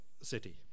city